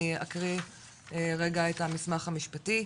אני אקריא רגע את המסמך המשפטי.